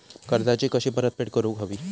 कर्जाची कशी परतफेड करूक हवी?